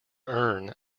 earn